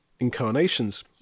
incarnations